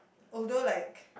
although like